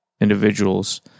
individuals